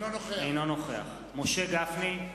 אינו נוכח משה גפני,